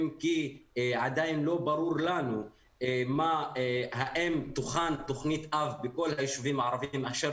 אם כי עדיין לא ברור לנו האם תוכן תוכנית אב בכל היישובים הערביים אשר